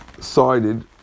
sided